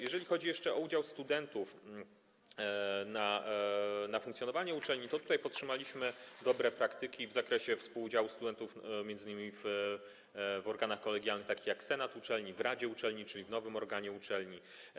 Jeżeli chodzi jeszcze o udział studentów w funkcjonowaniu uczelni, to podtrzymaliśmy dobre praktyki w zakresie współudziału studentów m.in. w organach kolegialnych, takich jak senat uczelni, rada uczelni, która jest nowym organem uczelni.